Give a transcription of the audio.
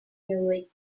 newly